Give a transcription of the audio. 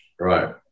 Right